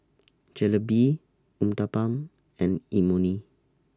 Jalebi Uthapam and Imoni